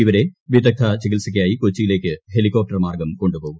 ഇവരെ വിദഗ്ദ്ധി ചികിത്സയ്ക്കായി കൊച്ചിയിലേക്ക് ഹെലികോപ്റ്റർ മാർഗ്ഗം ക്കൊണ്ടുപോകും